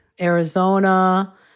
Arizona